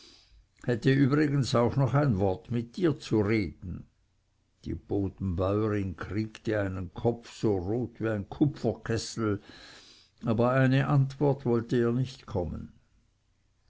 hätte übrigens auch noch ein wort mit dir zu reden die bodenbäuerin kriegte einen kopf so rot wie ein kupferkessel aber eine antwort wollte ihr nicht kommen